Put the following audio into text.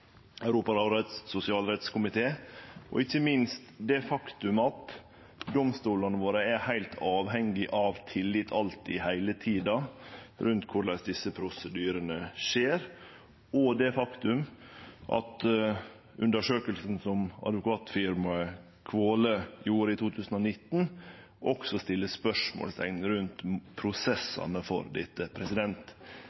Europarådets sosialrettskomité, og ikkje minst det faktum at domstolane våre er heilt avhengige av tillit – alltid, heile tida – til korleis desse prosedyrane skjer, og det faktum at undersøkinga som Kvale Advokatfirma gjorde i 2019, også set spørsmålsteikn